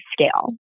scale